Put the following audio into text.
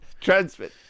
Transmit